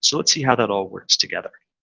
so let's see how that all works together.